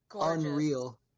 unreal